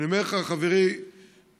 אני אומר לך, חברי היושב-ראש,